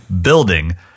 building